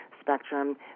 spectrum